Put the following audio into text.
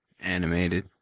Animated